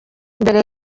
mbere